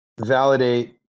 Validate